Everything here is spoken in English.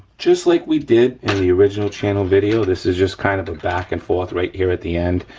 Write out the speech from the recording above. just like we did in the original channel video, this is just kind of a back and forth right here at the end,